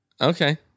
Okay